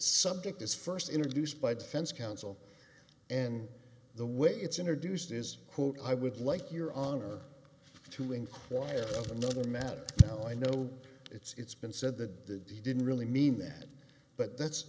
subject is first introduced by defense counsel and the way it's introduced is quote i would like your honor to inquire of another matter now i know it's been said that he didn't really mean that but that's